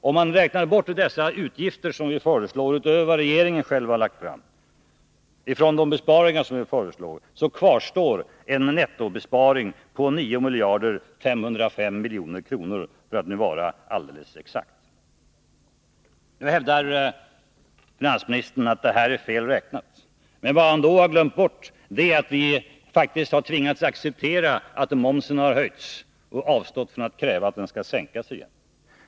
Om man från de besparingar som vi föreslår räknar bort de utgifter som vi föreslår utöver vad regeringen lagt fram, kvarstår en nettobesparing på 9 505 milj.kr., för att vara alldeles exakt. Nu hävdar finansministern att detta är fel räknat. Men vad han då har glömt bort är att vi faktiskt har tvingats acceptera att momsen har höjts och att vi avstått från att kräva att den skall sänkas igen.